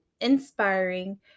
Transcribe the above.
inspiring